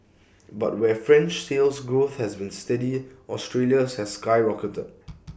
but where French Sales Growth has been steady Australia's has skyrocketed